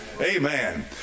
Amen